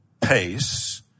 pace